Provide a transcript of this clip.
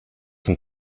zum